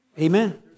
Amen